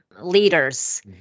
leaders